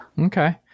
Okay